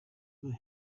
were